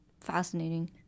fascinating